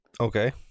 Okay